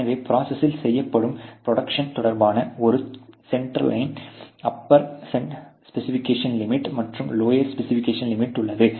எனவே ப்ரோசஸில் செய்யப்படும் ப்ரோடக்ஷன் தொடர்பான ஒரு சென்டர்லைன் அப்பர் ஸ்பெசிபிகேஷன் லிமிட் மற்றும் லோயர் ஸ்பெசிபிகேஷன் லிமிட் உள்ளது